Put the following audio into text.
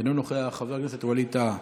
אינו נוכח, חבר הכנסת ווליד טאהא,